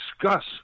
discuss